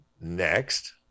Next